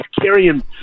carrying